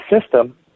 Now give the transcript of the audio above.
system